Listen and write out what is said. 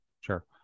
sure